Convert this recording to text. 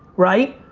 right?